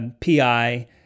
PI